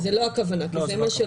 נחדד את